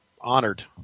honored